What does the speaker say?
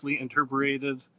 interpreted